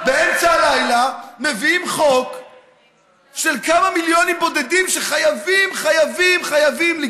באמצע הלילה מביאים חוק של כמה מיליונים בודדים שחייבים לגבות.